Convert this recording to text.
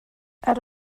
add